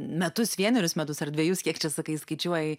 metus vienerius metus ar dvejus kiek čia sakai skaičiuoji